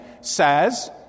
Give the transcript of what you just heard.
says